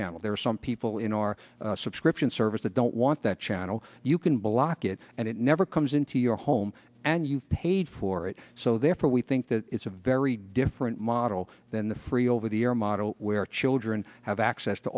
channel there are some people in our subscription service that don't want that channel you can block it and it never comes into your home and you've paid for it so therefore we think that it's a very different model than the free over the air model where children have access to